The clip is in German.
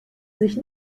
sich